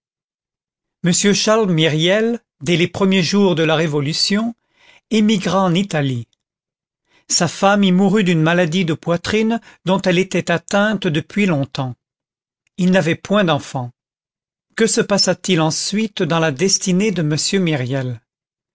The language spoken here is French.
m charles myriel dès les premiers jours de la révolution émigra en italie sa femme y mourut d'une maladie de poitrine dont elle était atteinte depuis longtemps ils n'avaient point d'enfants que se passa-t-il ensuite dans la destinée de m myriel